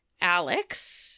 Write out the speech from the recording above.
Alex